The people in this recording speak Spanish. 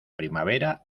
primavera